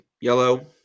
yellow